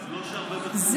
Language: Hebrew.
זה